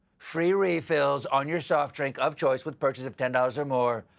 free refills on your soft drink of choice with purchase of ten dollars or more,